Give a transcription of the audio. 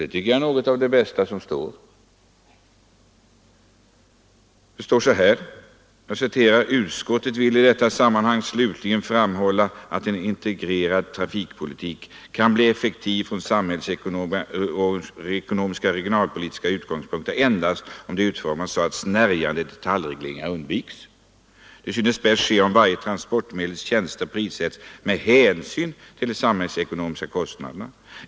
Det tycker jag är något av det bästa som står i betänkandet: ”Utskottet vill i detta sammanhang slutligen framhålla att en integrerad trafikpolitik kan bli effektiv från samhällsekonomiska och regionalpolitiska utgångspunkter endast om den utformas så att snärjande detaljregleringar undviks. Detta synes bäst ske om varje transportmedels tjänster prissätts med hänsyn till de samhällsekonomiska kostnaderna.